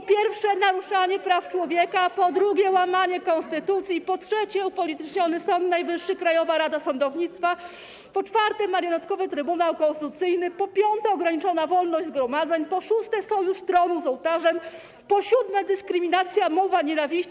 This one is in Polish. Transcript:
Po pierwsze, naruszanie praw człowieka, po drugie, łamanie konstytucji, po trzecie, upolityczniony Sąd Najwyższy, Krajowa Rada Sądownictwa, po czwarte, marionetkowy Trybunał Konstytucyjny, po piąte, ograniczona wolność zgromadzeń, po szóste, sojusz tronu z ołtarzem, po siódme, dyskryminacja, mowa nienawiści.